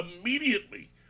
immediately